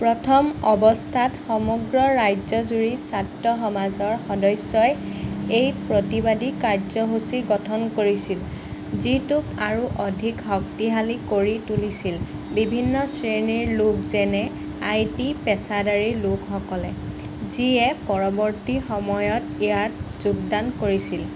প্ৰথম অৱস্থাত সমগ্ৰ ৰাজ্যজুৰি ছাত্ৰ সমাজৰ সদস্যই এই প্ৰতিবাদী কাৰ্য্যসূচী গঠন কৰিছিল যিটোক আৰু অধিক শক্তিশালী কৰি তুলিছিল বিভিন্ন শ্ৰেণীৰ লোক যেনে আই টি পেছাদাৰী লোকসকলে যিয়ে পৰৱৰ্তী সময়ত ইয়াত যোগদান কৰিছিল